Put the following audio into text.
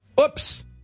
Oops